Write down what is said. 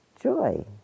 joy